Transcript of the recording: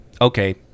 okay